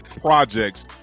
projects